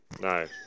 no